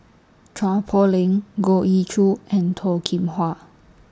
Chua Poh Leng Goh Ee Choo and Toh Kim Hwa